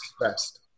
best